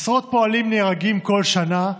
עשרות פועלים נהרגים כל שנה,